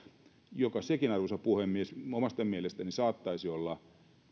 joka sekin arvoisa puhemies omasta mielestäni saattaisi olla